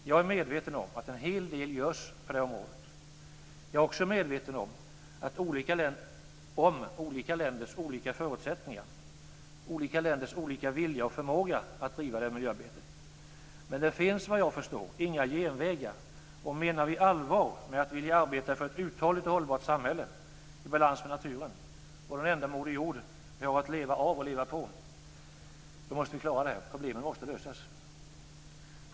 Jag är medveten om att en hel del görs på det här området. Jag är också medveten om olika länders skiftande förutsättningar, vilja och förmåga att driva detta miljöarbete. Men det finns, såvitt jag förstår, inga genvägar, om vi menar allvar med att vilja arbeta för ett uthålligt och hållbart samhälle i balans med naturen och den enda moder jord som vi har att leva av och på. Problemen måste lösas.